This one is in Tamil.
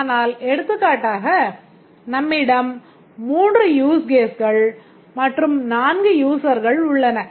ஆனால் எடுத்துக்காட்டாக நம்மிடம் மூன்று யூஸ் கேஸ்கள் மற்றும் நான்கு யூசர்கள் உள்ளன